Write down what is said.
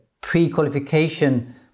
pre-qualification